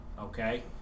Okay